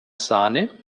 sahne